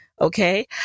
okay